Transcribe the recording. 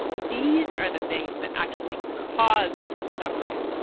these are the things that actually cause suffering.